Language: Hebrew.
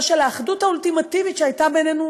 של האחדות האולטימטיבית שהייתה בינינו